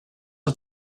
are